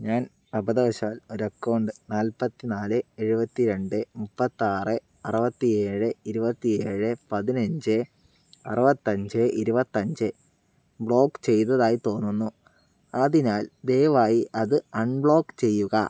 ഞാൻ അബദ്ധവശാൽ ഒരു അക്കൗണ്ട് നാൽപ്പത്തി നാല് എഴുപത്തി രണ്ട് മുപ്പത്താറു അറുപത്തിയേഴ് ഇരുപത്തിയേഴ് പതിനഞ്ച് അറുപത്തഞ്ച് ഇരുപത്തഞ്ച് ബ്ലോക്ക് ചെയ്തതായി തോന്നുന്നു അതിനാൽ ദയവായി അത് അൺബ്ലോക്ക് ചെയ്യുക